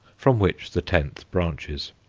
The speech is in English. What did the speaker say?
from which the tenth branches.